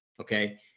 okay